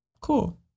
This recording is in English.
cool